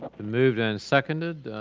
and moved and seconded.